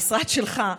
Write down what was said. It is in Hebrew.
המשרד שלך,